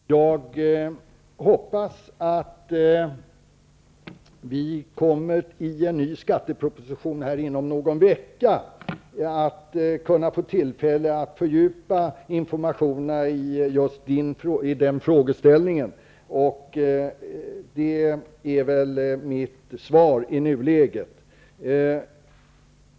Fru talman! Jag hoppas att vi i samband med att det om någon vecka kommer en ny skatteproposition kommer att få tillfälle att fördjupa informationen i just de frågor som Lars Bäckström har ställt. Det är mitt svar i nuläget.